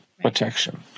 protection